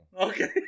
Okay